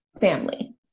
family